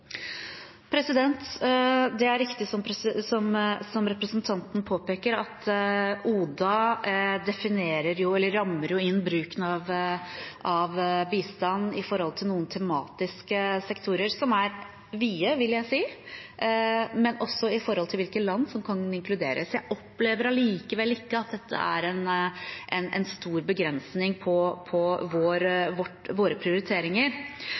Det er riktig som representanten påpeker, at ODA rammer inn bruken av bistand når det gjelder noen tematiske sektorer – som er vide, vil jeg si – men også når det gjelder hvilke land som kan inkluderes. Jeg opplever allikevel ikke at dette er en stor begrensning på